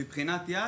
אבל מבחינת ה"יד"